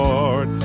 Lord